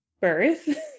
birth